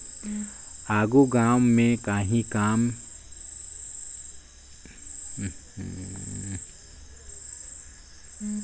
आघु गाँव में काहीं योजना चले ता ओकर पइसा हर सरपंच ल पहिले मिले